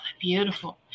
beautiful